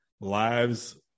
lives